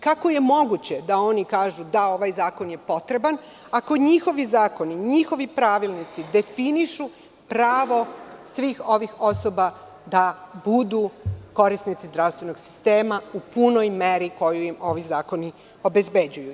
Kako je moguće da oni kažu – da ovaj zakon je potreban, ako njihovi zakoni, njihovi pravilnici definišu pravo svih ovih osoba da budu korisnici zdravstvenog sistema u punoj meri, koju im ovi zakoni obezbeđuju?